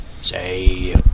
Say